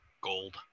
gold